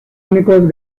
únicos